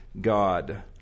God